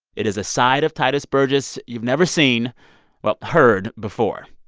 it is a side of tituss burgess you've never seen well, heard before.